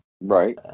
Right